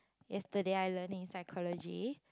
yesterday I learn in psychology